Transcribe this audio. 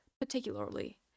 particularly